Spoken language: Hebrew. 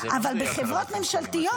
אבל זה לא אמור להיות רק על רווחים כלואים,